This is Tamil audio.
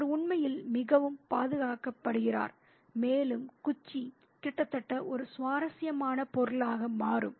அவர் உண்மையில் மிகவும் பாதுகாக்கப்படுகிறார் மேலும் குச்சி கிட்டத்தட்ட ஒரு சுவாரஸ்யமான பொருளாக மாறும்